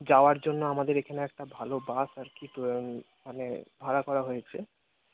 যাওয়ার জন্য আমাদের এখানে একটা ভালো বাস আর কি মানে ভাড়া করা হয়েছে